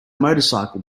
motorcycle